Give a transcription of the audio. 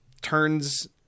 turns